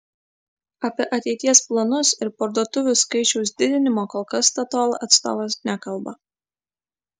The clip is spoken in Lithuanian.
apie ateities planus ir parduotuvių skaičiaus didinimą kol kas statoil atstovas nekalba